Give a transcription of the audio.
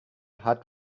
hat